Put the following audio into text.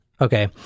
Okay